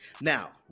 Now